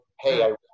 hey